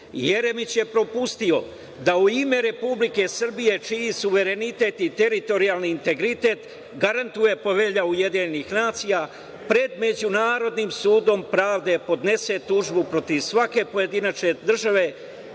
Jeremić je propustio da u ime Republike Srbije, čiji suverenitet i teritorijalni integritet garantuje Povelja UN, pred Međunarodnim sudom pravde podnese tužbu protiv svake pojedinačne države